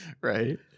Right